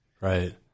Right